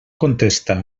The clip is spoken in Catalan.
contesta